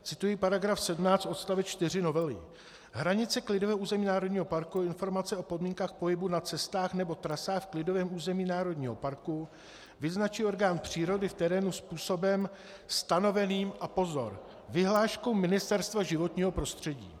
Cituji § 17 odst. 4 novely: Hranice klidového území národního parku a informace o podmínkách pohybu na cestách nebo trasách v klidovém území národního parku vyznačí orgán přírody v terénu způsobem stanoveným a pozor vyhláškou Ministerstva životního prostředí.